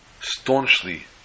staunchly